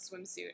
swimsuit